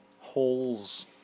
holes